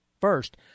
First